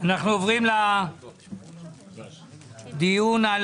אנו עוברים לדיון על